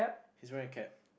she's wearing a cap